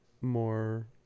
more